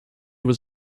was